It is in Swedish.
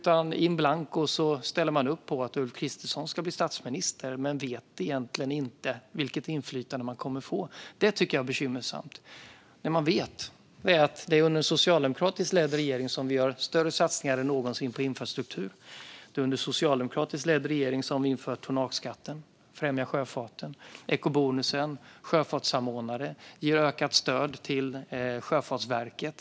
Man ställer in blanco upp på att Ulf Kristersson ska bli statsminister men vet egentligen inte vilket inflytande man kommer att få. Det här tycker jag är bekymmersamt. Vad man vet är att det under en socialdemokratiskt ledd regering har gjorts större satsningar än någonsin på infrastruktur. Det är under en socialdemokratiskt ledd regering som tonnageskatten har införts. Vi har främjat sjöfarten, infört ekobonus och inrättat en sjöfartssamordnare. Vi ger ökat stöd till Sjöfartsverket.